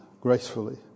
gracefully